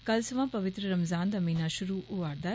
कल सवां पवित्र रमज़ान दा महीना शुरू होआ र दा ऐ